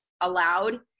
allowed